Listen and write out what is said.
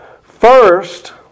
First